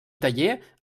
taller